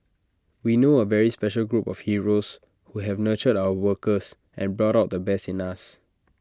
we know A very special group of heroes who have nurtured our workers and brought out the best in us